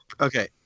Okay